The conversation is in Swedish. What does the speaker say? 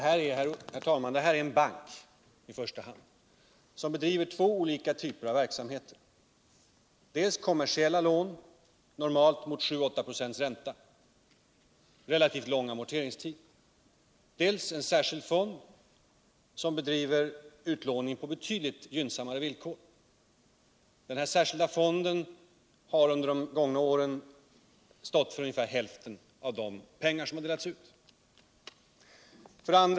Herr talman! IDB bedriver två olika typer av verksamhet, dels kommersiella lån — normalt mot 7-8 96 ränta och med relativt långa amorteringstider— dels utlåning på betydligt mjukare villkor. Den särskilda fonden har under de gångna åren stått för ungefär hälften av de pengar som delats ut.